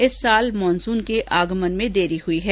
इस साल मानसून के आगमन में देरी हुई है